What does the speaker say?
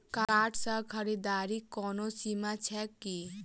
Card सँ खरीददारीक कोनो सीमा छैक की?